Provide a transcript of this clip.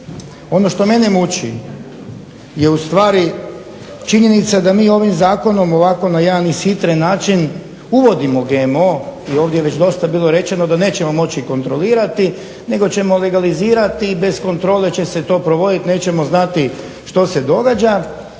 Ono što mene muči je ustvari činjenica da mi ovim zakonom ovako na jedan ishitren način uvodimo GMO i ovdje je već dosta bilo rečeno da nećemo moći kontrolirati nego ćemo legalizirati i bez kontrole će se to provoditi, nećemo znati što se događa.